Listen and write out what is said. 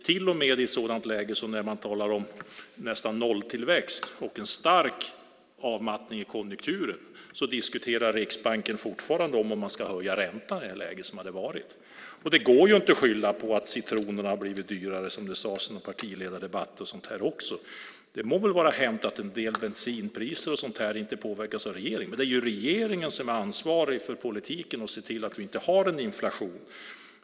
Till och med i ett läge där man talar om nästan nolltillväxt och en stark avmattning i konjunkturen diskuterar Riksbanken fortfarande om man ska höja räntan. Det går inte att skylla på att citronerna har blivit dyrare, som man gjorde i någon partiledardebatt. Det må väl vara hänt att bensinpriser och sådant inte påverkas av regeringen, men det är regeringen som är ansvarig för politiken och för att se till att vi inte har någon inflation.